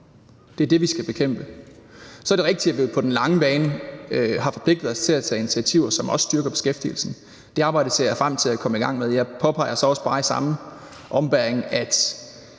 det er det, vi skal bekæmpe. Så er det rigtigt, at vi på den lange bane har forpligtet os til at tage initiativer, som også styrker beskæftigelsen. Det arbejde ser jeg frem til at komme i gang med. Jeg påpeger så også bare i samme ombæring, at